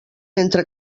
entra